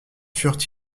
furent